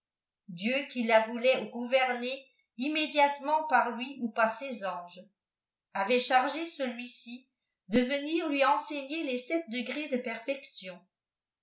dieu qui la voulait gouverner im médiatemeot par lui ou par ses anges avait chargé celui-ci de venir lui enseigner les sept degrés de perfecon